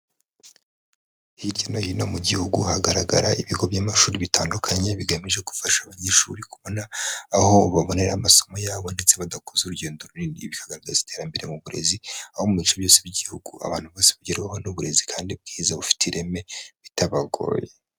Hirya no hino mu gihugu hagaragara ibigo by'amashuri bitandukanye bigamije gufasha abanyeshuri kubona aho babonera amasomo yabo ndetse badakozeza urugendo runini bagateza iterambere mu burezi, aho mu bice byose by'igihugu abantu bose bagerwaho n'uburezi kandi bwiza bufite ireme bitabagoye.